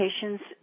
patients